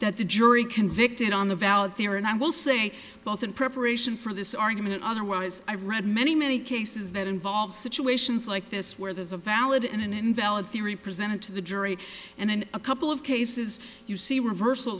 that the jury convicted on the ballot there and i will say both in preparation for this argument otherwise i read many many cases that involve situations like this where there's a valid and an invalid theory presented to the jury and in a couple of cases you see reversal